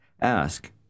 Ask